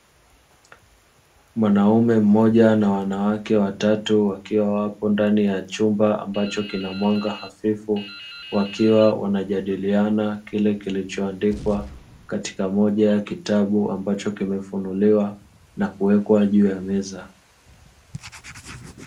Mwanaume mmoja na wanawake watatu wakiwa wapo ndani ya chumba ambacho kina mwanga hafifu, wakiwa wanajadiliana kile kilichoandikwa katika moja ya kitabu ambacho kimefunuliwa na kuwekwa juu ya meza.